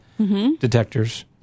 Detectors